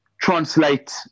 translate